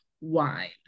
wine